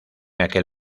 aquel